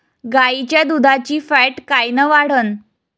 गाईच्या दुधाची फॅट कायन वाढन?